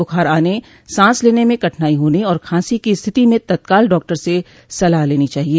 बुखार आने सांस लेने में कठिनाई होने और खांसी की स्थिति में तत्काल डॉक्टर से सलाह लेनी चाहिए